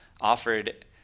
offered –